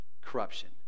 corruption